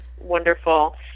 wonderful